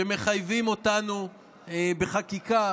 שמחייבים אותנו בחקיקה